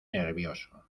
nervioso